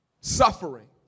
suffering